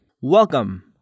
Welcome